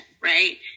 right